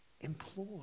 employ